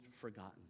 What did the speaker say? forgotten